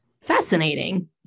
fascinating